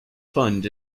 fund